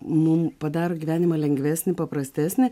mum padaro gyvenimą lengvesnį paprastesnį